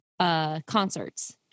concerts